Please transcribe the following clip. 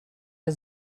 der